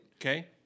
Okay